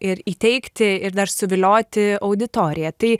ir įteikti ir dar suvilioti auditoriją tai